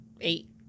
eight